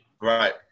Right